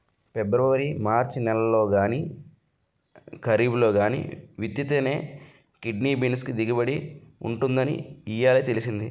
February మార్చి నెలల్లో గానీ, కరీబ్లో గానీ విత్తితేనే కిడ్నీ బీన్స్ కి దిగుబడి ఉంటుందని ఇయ్యాలే తెలిసింది